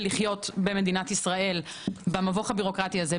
לחיות במדינת ישראל במבוך הבירוקרטי הזה,